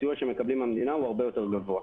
הסיוע שהם מקבלים מן המדינה הוא הרבה יותר גבוה.